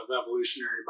evolutionary